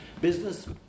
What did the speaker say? business